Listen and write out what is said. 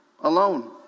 alone